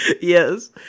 Yes